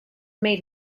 made